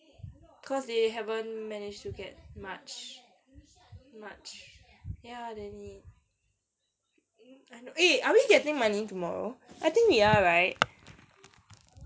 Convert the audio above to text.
cause they haven't managed to get much much ya eh are we getting money tomorrow I think we are right